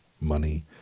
money